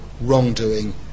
wrongdoing